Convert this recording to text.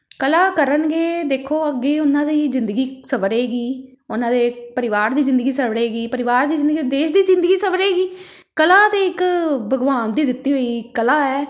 ਕਲਾ ਕਰਨਗੇ ਦੇਖੋ ਅੱਗੇ ਉਹਨਾਂ ਦੀ ਜ਼ਿੰਦਗੀ ਸਵਰੇਗੀ ਉਹਨਾਂ ਦੇ ਪਰਿਵਾਰ ਦੀ ਜ਼ਿੰਦਗੀ ਸਵਰੇਗੀ ਪਰਿਵਾਰ ਦੀ ਜ਼ਿੰਦਗੀ ਦੇਸ਼ ਦੀ ਜ਼ਿੰਦਗੀ ਸਵਰੇਗੀ ਕਲਾ ਤਾਂ ਇੱਕ ਭਗਵਾਨ ਦੀ ਦਿੱਤੀ ਹੋਈ ਕਲਾ ਹੈ